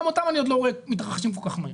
גם אותם אני עוד לא רואה מתרחשים כל כך מהר.